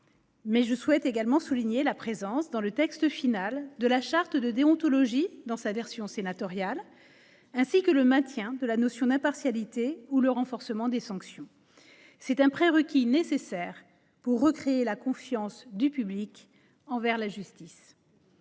Je souhaite également souligner la présence dans le texte final de la charte de déontologie, dans sa version issue des travaux du Sénat, ainsi que le maintien de la notion d’impartialité ou le renforcement des sanctions. C’est un prérequis nécessaire pour restaurer la confiance du public en la justice.